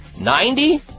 Ninety